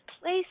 place